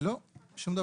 לא, שום דבר.